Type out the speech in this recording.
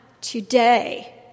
today